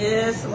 Yes